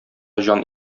җан